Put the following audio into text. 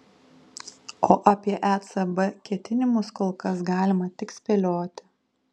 o apie ecb ketinimus kol kas galima tik spėlioti